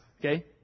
okay